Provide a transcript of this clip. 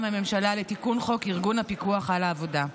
הממשלה לתיקון חוק ארגון הפיקוח על העבודה.